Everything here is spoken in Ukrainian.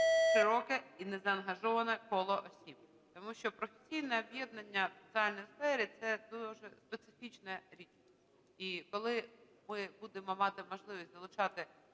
широке і незаангажоване коло осіб. Тому що професійне об'єднання соціальної сфери – це дуже специфічна річ. І коли ми будемо мати можливість залучати